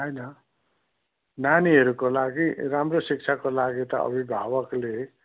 होइन नानीहरूको लागि राम्रो शिक्षाको लागि त अभिभावकले